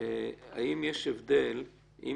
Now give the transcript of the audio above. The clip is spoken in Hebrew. האם יש הבדל אם